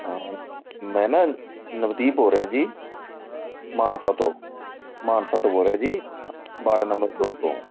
ਮੈਂ ਨਾ ਨਵਦੀਪ ਬੋਲ ਰਿਹਾ ਜੀ ਮਾਨਸਾ ਤੋਂ ਮਾਨਸਾ ਤੋਂ ਬੋਲ ਰਿਹਾ ਜੀ ਵਾਰਡ ਨੰਬਰ ਦੋ ਤੋਂ